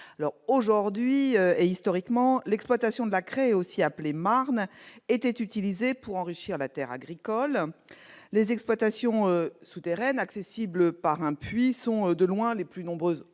Normand. Historiquement, l'exploitation de la craie, aussi appelée marne, était utilisée pour enrichir la terre agricole. Les exploitations souterraines accessibles par un puits sont aujourd'hui de loin les plus nombreuses